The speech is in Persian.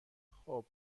خوب